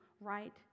right